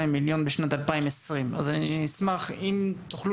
מיליון שקלים בשנת 2020. אז אני אשמח אם תוכלו